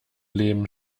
leben